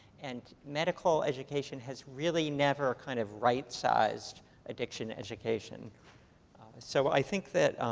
and medical education has really never kind of right-sized addiction education so i think that